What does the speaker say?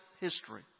history